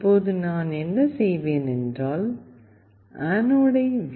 இப்போது நான் என்ன செய்வேன் என்றால் ஆனோடை வி